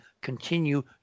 continue